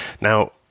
Now